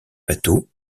bateaux